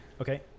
Okay